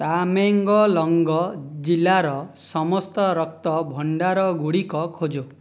ତାମେଙ୍ଗଲଙ୍ଗ ଜିଲ୍ଲାର ସମସ୍ତ ରକ୍ତଭଣ୍ଡାର ଗୁଡ଼ିକ ଖୋଜ